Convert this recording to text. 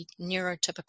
neurotypical